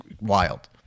wild